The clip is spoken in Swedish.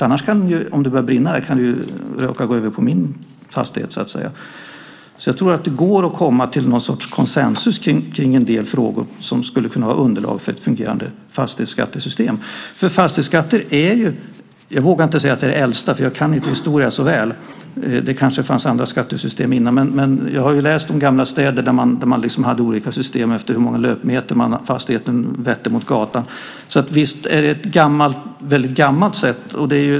Annars kan det ju gå över på någon annans fastighet om det råkar börja brinna. Jag tror att det går att komma till någon sorts konsensus i en del frågor som skulle kunna vara underlag för ett fungerande fastighetsskattesystem. Jag vågar inte säga att fastighetsskatten är den äldsta skatten, för jag kan inte historia så väl. Det kanske fanns andra skattesystem tidigare. Men jag har läst om gamla städer där man hade olika system efter hur många löpmeter som fastigheten hade som vette mot gatan. Så visst är det ett gammalt system.